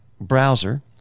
browser